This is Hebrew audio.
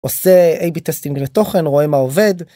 עושה איי.בי טסטים לתוכן רואה מה עובד.